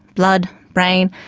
blood, brain,